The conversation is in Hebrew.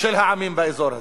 של העמים באזור הזה.